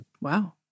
Wow